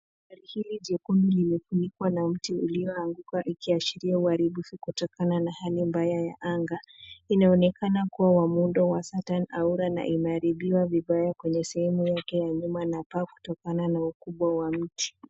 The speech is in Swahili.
Gari hili jekundu limefunikwa na mti ulioanguka, ikiashiria uharibifu kutokana na hali mbaya ya anga. Inaonekana kuwa wa muundo wa Saturn Aura na imeharibiwa vibaya kwenye sehemu yake ya nyuma na paa kutokana na ukubwa wa mti.